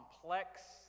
complex